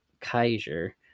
Kaiser